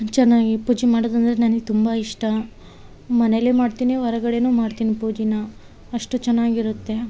ಚೆನ್ನಾಗಿ ಪೂಜೆ ಮಾಡೋದಂದರೆ ನನಗ್ ತುಂಬ ಇಷ್ಟ ಮನೇಲೆ ಮಾಡ್ತೀನಿ ಹೊರಗಡೆನು ಮಾಡ್ತೀನಿ ಪೂಜೆನ ಅಷ್ಟು ಚೆನ್ನಾಗಿರುತ್ತೆ